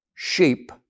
sheep